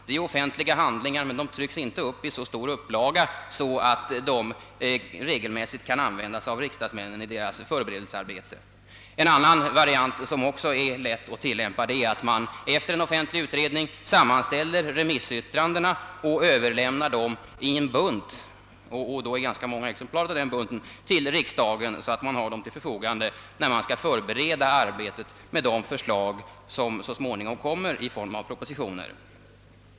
Dessa är offentliga handlingar men trycks inte i så stor upplaga att de regelmässigt kan användas av riksdagsmännen i deras förberedelsearbete. En annan variant, som också är lätt att tillämpa, är att man efter en offentlig utredning sammanställer remissyttrandena och överlämnar dem i en bunt — i ganska många exemplar — till riksdagen, så att ledamöterna har dem till förfogande när de skall förbereda arbetet med de förslag som så småningom kommer i form av propositioner.